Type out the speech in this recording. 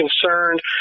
concerned